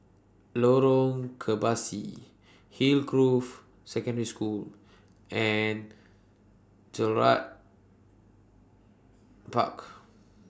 Lorong Kebasi Hillgrove Secondary School and Gerald Park